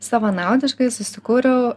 savanaudiškai susikūriau